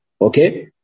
Okay